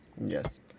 Yes